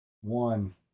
One